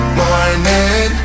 morning